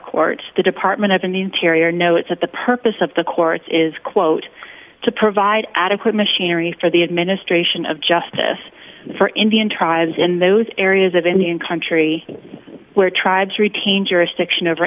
court the department of and the interior no it's that the purpose of the courts is quote to provide adequate machinery for the administration of justice for indian tribes in those areas of indian country where tribes retain jurisdiction o